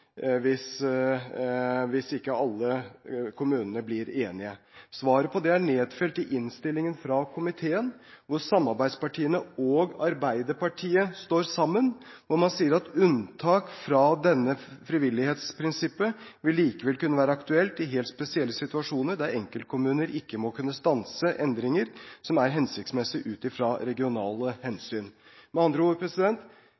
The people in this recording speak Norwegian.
hvis ikke alle kommunene blir enige. Svaret på det er nedfelt i innstillingen fra komiteen, hvor samarbeidspartiene og Arbeiderpartiet står sammen og sier at unntak fra dette frivillighetsprinsippet likevel vil kunne være aktuelt i helt spesielle situasjoner der enkeltkommuner ikke må kunne stanse endringer som er hensiktsmessige ut fra regionale